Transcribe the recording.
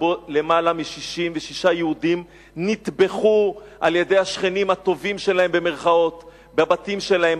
שבו למעלה מ-66 יהודים נטבחו על-ידי השכנים "הטובים" שלהם בבתים שלהם,